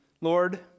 Lord